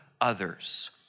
others